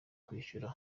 kwishyura